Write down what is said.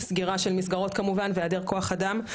סגירה של מסגרות כמובן והיעדר כוח אדם,